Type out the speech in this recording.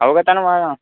अवगतान् वा वा